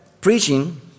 preaching